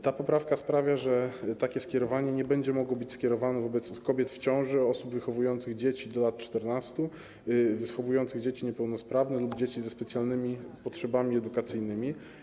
Ta poprawka sprawia, że takie skierowanie nie będzie mogło dotyczyć kobiet w ciąży, osób wychowujących dzieci do lat 14, wychowujących dzieci niepełnosprawne lub dzieci ze specjalnymi potrzebami edukacyjnymi.